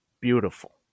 beautiful